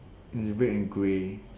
it's red and grey